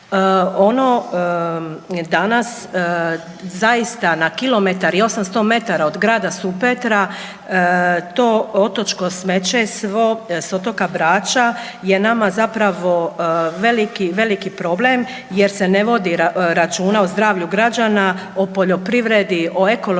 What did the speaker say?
Ono danas zaista na kilometar i 800 metara od Grada Supetra to otočko smeće svo s otoka Brača je nama zapravo veliki, veliki problem jer se ne vodi računa o zdravlju građana, o poljoprivredi, o ekološkom